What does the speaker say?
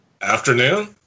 Afternoon